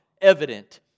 evident